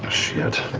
shit.